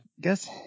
guess